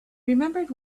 remembered